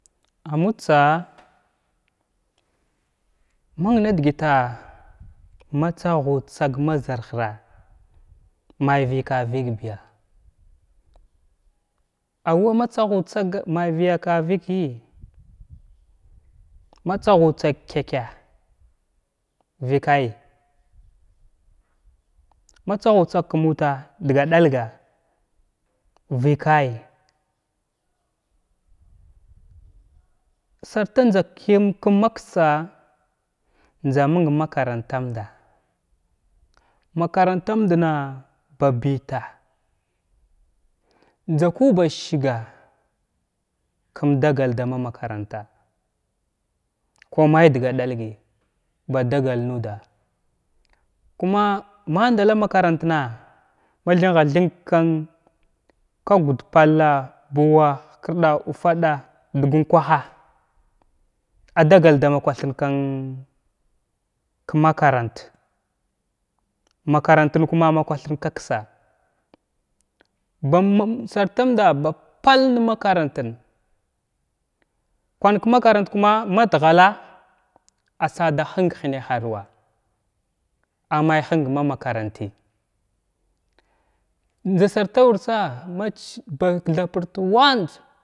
Ammudtsa məng ndəgəta ma tsawhut tsag ma zarhra may vəka vəgbiya ava ma tsahgu tsag may vəyaka vəgyi ma tsaghu tsag ki chəka vəkay, ma tsaghu tsag ka muta’a daga ɗalga vəkayya sarta njza kəyam makstsa am njzaməng makarata nɗa makratandana bəta njza ku bad səga’a kum dagal dama makaranta ku may dga ɗalgəy ba dagal nuda kum mandala makarəntna ma thingha thing kan ka gud palla, buuwa, hkirda, ufalaɗa, judun unkaha adagal da ma kwathrin kwan ka makaranta makarən kuma ma kwathrin ka ksa ba mum sarfamda ba pal makaratantən kwan ka makarant kuma ma dghall asada həng hənaharuwa amay həng may makaranti njza sarta wur tsa ma chin ba kthabirt wanjza.